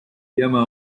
llama